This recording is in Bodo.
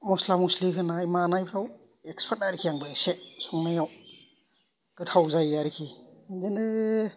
मस्ला मस्लि होनाय मानायफ्राव एक्सपार्ट आरोखि आंबो एसे संनायाव गोथाव जायो आरोखि बिदिनो